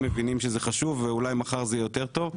מבינים שזה חשוב ואולי מחר זה יהיה יותר טוב.